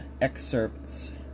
excerpts